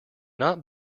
not